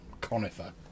conifer